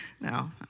No